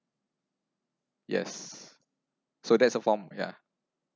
yes so that's a form yeah